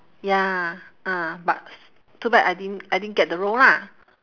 ya ah but too bad I didn't I didn't get the role lah